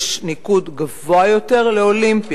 יש ניקוד גבוה יותר לאולימפי,